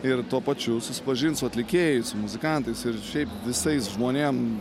ir tuo pačiu susipažint su atlikėjais muzikantais ir šiaip visais žmonėm